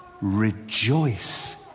rejoice